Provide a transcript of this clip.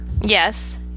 yes